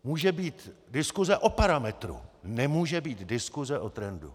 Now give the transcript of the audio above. Může být diskuse o parametru, nemůže být diskuse o trendu.